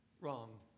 wrong